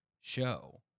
show